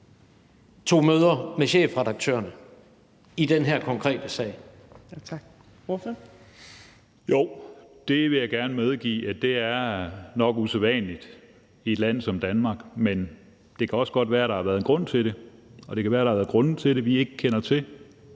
Tak. Ordføreren. Kl. 19:33 Peter Skaarup (DF): Jo, det vil jeg gerne medgive nok er usædvanligt i et land som Danmark. Men det kan også godt være, at der har været en grund til det, og det kan være, at der har været grunde til det, vi ikke kender til,